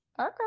Okay